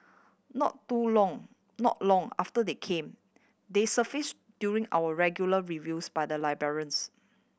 not too long not long after they came they surfaced during our regular reviews by the librarians